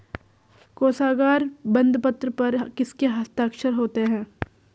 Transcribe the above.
कोशागार बंदपत्र पर किसके हस्ताक्षर होते हैं?